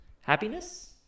happiness